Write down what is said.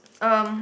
um